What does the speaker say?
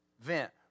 Vent